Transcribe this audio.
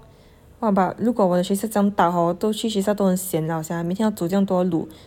!wah! but 如果我的学校这样大 hor 我都去学校都很 sian lah sia 每天要走这样多路